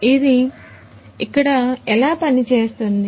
ఇది ఇక్కడ ఎలా పని చేస్తుంది